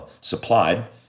supplied